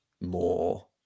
more